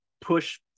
push